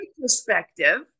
perspective